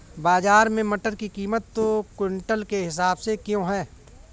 बाजार में मटर की कीमत क्विंटल के हिसाब से क्यो है?